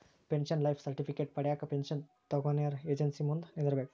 pension life certificate ಪಡ್ಯಾಕ pension ತೊಗೊನೊರ agency ಮುಂದ ನಿಂದ್ರಬೇಕ್